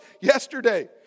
yesterday